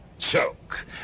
Choke